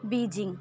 Beijing